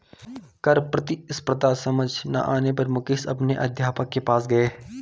कर प्रतिस्पर्धा समझ ना आने पर मुकेश अपने अध्यापक के पास गया